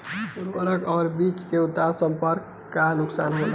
उर्वरक और बीज के तत्काल संपर्क से का नुकसान होला?